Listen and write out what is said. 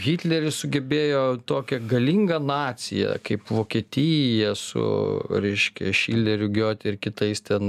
hitleris sugebėjo tokią galingą naciją kaip vokietija su reiškia šileriu giote ir kitais ten